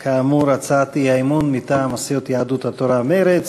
כאמור, הצעת אי-אמון מטעם סיעות יהדות התורה ומרצ.